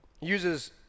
uses